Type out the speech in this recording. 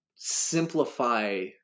simplify